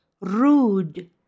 rude